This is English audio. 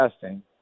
testing